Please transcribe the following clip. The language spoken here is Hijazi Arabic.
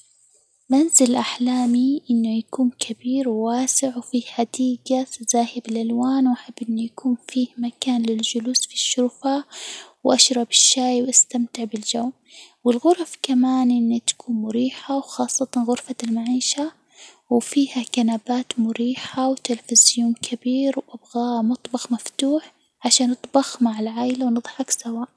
منزل أحلامي إنه يكون كبير، وواسع، وفيه حديجة تزهي بالألوان، وأحب أن يكون فيه مكان للجلوس في الشرفة، و أشرب الشاي، واستمتع بالجو، والغرف كمان إن تكون مريحة، وخاصة غرفة المعيشة و فيها كنبات مريحة ،وتلفزيون كبير، أبغى مطبخ مفتوح عشان أطبخ مع العائلة، ونضحك سوا.